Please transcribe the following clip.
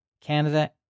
Canada